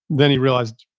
then he realized,